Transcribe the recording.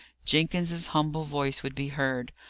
jenkins's humble voice would be heard,